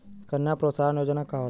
कन्या प्रोत्साहन योजना का होला?